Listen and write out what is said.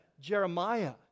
Jeremiah